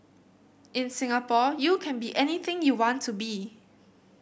in Singapore you can be anything you want to be